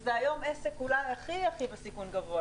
שזה היום עסק אולי הכי בסיכון גבוה,